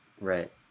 Right